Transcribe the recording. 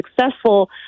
successful